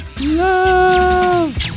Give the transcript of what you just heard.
love